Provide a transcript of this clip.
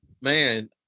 Man